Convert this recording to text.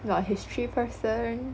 not a history person